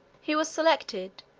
he was selected,